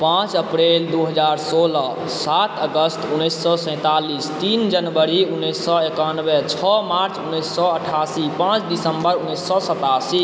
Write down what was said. पाँच अप्रिल दू हजार सोलह सात अगस्त उन्नैस सए सैतालिस तीन जनवरी उन्नैस सए एकानबे छओ मार्च उन्नैस सए अठासी पाँच दिसम्बर उन्नैस सए सतासी